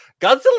Godzilla